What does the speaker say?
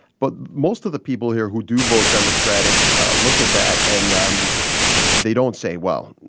but most of the people here who do vote democratic look at that. and um they don't say, well,